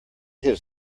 his